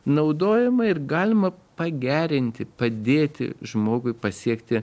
naudojama ir galima pagerinti padėti žmogui pasiekti